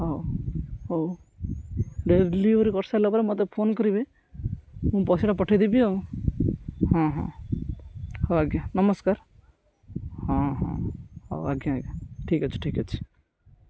ହଉ ହଉ ଡେଲିଭରି କରିସାରିଲା ପରେ ମୋତେ ଫୋନ କରିବେ ମୁଁ ପଇସାଟା ପଠେଇଦେବି ଆଉ ହଁ ହଁ ହଉ ଆଜ୍ଞା ନମସ୍କାର ହଁ ହଁ ହଉ ଆଜ୍ଞା ଆଜ୍ଞା ଠିକ୍ ଅଛି ଠିକ୍ ଅଛି